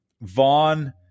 Vaughn